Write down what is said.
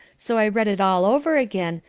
so i read it all over again,